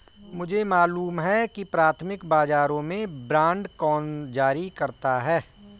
मुझे मालूम है कि प्राथमिक बाजारों में बांड कौन जारी करता है